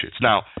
Now